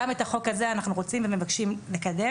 גם את החוק הזה אנחנו רוצים ומבקשים לקדם,